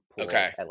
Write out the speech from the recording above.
Okay